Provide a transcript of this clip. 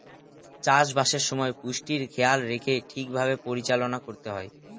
চাষবাসের সময় পুষ্টির খেয়াল রেখে ঠিক ভাবে পরিচালনা করতে হয়